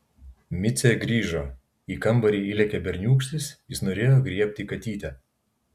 micė grįžo į kambarį įlėkė berniūkštis jis norėjo griebti katytę